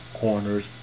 Corners